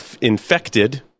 infected